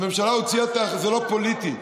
זה לא פוליטי.